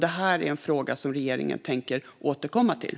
Detta är en fråga som regeringen tänker återkomma till.